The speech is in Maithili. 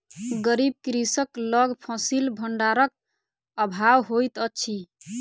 गरीब कृषक लग फसिल भंडारक अभाव होइत अछि